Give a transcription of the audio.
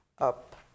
up